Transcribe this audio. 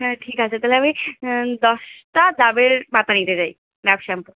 হ্যাঁ ঠিক আছে তাহলে আমি দশটা ডাবের পাতা নিতে চাই ডাব শ্যাম্পু